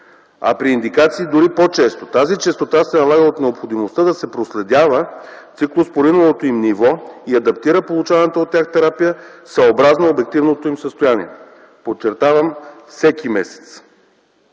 а при индикации – дори по-често. Тази честота се налага от необходимостта да се проследява циклоспориновото им ниво и адаптира получаваната от тях терапия, съобразно обективното им състояние. Подчертавам – всеки месец.